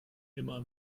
immer